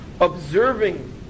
observing